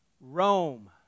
Rome